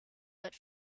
but